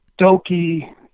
Doki